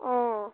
অঁ